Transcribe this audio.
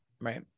Right